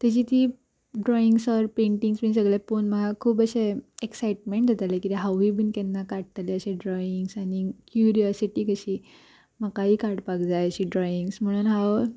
तेजी ती drawings paintings बीन सगळें पोवन म्हाका खूब अशें एक्सायटमेंट जाताले कित्याक हांवूय बी केन्ना काडटाले अशें ड्रॉइंग्स आनी क्युरियसिटी कशी म्हाकाय काडपाक जाय अशी ड्रॉइंग्स म्हणून हांव